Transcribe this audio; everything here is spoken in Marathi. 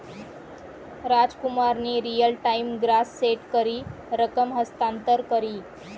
रामकुमारनी रियल टाइम ग्रास सेट करी रकम हस्तांतर करी